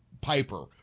Piper